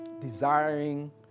desiring